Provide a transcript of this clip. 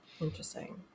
interesting